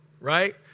right